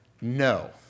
no